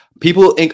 people